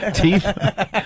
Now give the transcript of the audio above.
Teeth